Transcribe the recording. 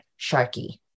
sharky